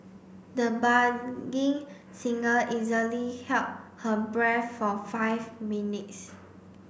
the singer easily held her breath for five minutes